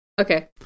okay